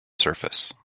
surface